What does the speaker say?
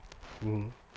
mm